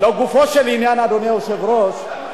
לגופו של עניין, אדוני היושב-ראש,